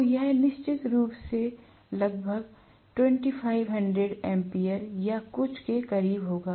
तो यह निश्चित रूप से लगभग 2500 एम्पीयर या कुछ के करीब होगा